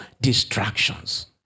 distractions